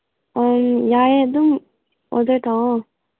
ꯑꯪ ꯌꯥꯏꯌꯦ ꯑꯗꯨꯝ ꯑꯣꯗꯔ ꯇꯧꯋꯣ